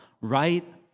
right